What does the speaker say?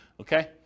Okay